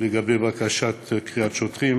לגבי בקשה לקריאת שוטרים,